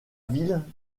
ville